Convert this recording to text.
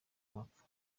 mpaka